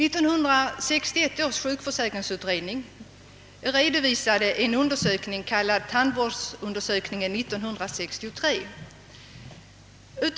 1961 års sjukförsäkringsutredning har i sitt betänkande om Allmän tandvårdsförsäkring redovisat en undersökning kallad tandvårdsundersökningen 1963.